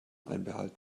einbehalten